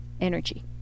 energy